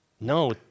No